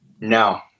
No